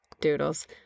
doodles